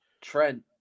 Trent